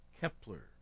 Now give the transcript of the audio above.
Kepler